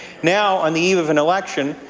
now, on the eve of an election,